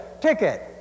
ticket